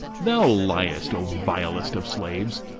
thou liest, o vilest of slaves!